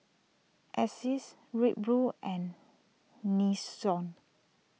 Asics Red Bull and Nixon